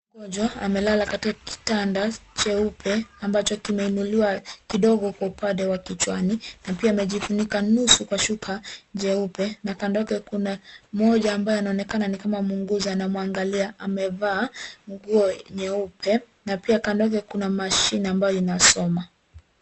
Mgonjwa amelala katika kitanda cheupe. Ambacho kimeinuliwa kidogo kwa upande wa kichwani. Na pia amejifunika nusu kwa shuka cheupa. Na kando yake kuna moja ambayo anaonekana ni kama muuguzi anamwangalia. Amevaa nguo nyeupe. Na pia kando yake kuna mashine ambayo inasoma.